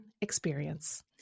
experience